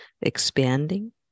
expanding